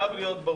חייב להיות ברור